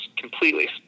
completely